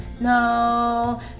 no